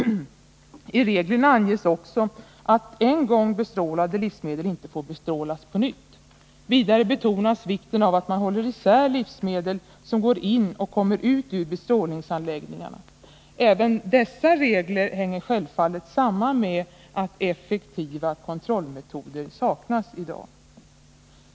I reglerna anges också att en gång bestrålade livsmedel inte får bestrålas på nytt. Vidare betonas vikten av att man håller isär livsmedel som går in i och kommer ut ur bestrålningsanläggningarna. Även dessa regler hänger självfallet samman med att effektiva kontrollmetoder saknas i dag.